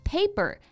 Paper